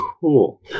Cool